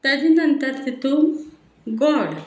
ताजे नंतर तितूं गोड